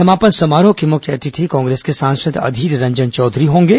समापन समारोह के मुख्य अतिथि कांग्रेस के सांसद अधीर रंजन चौधरी होंगे